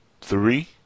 Three